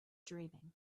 dreaming